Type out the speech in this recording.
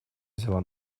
взяла